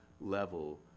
level